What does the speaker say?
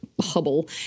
hubble